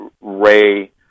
Ray